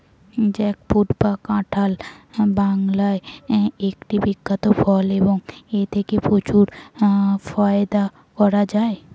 jackfruit বা কাঁঠাল বাংলার একটি বিখ্যাত ফল এবং এথেকে প্রচুর ফায়দা করা য়ায়